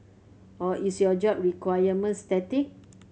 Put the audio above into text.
or is your job requirement static